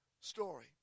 story